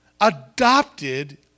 adopted